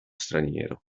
straniero